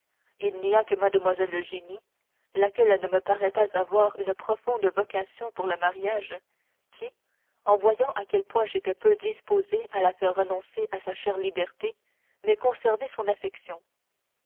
il n'y a que mlle eugénie laquelle ne me paraît pas avoir une profonde vocation pour le mariage qui en voyant à quel point j'étais peu disposé à la faire renoncer à sa chère liberté m'ait conservé son affection